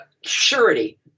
surety